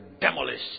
demolish